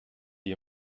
die